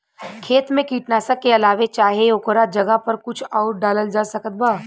खेत मे कीटनाशक के अलावे चाहे ओकरा जगह पर कुछ आउर डालल जा सकत बा?